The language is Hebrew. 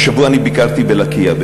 השבוע אני ביקרתי בלקיה,